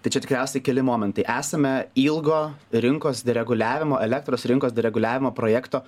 tai čia tikriausiai keli momentai esame ilgo rinkos dereguliavimo elektros rinkos dereguliavimo projekto